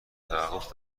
توقف